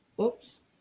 oops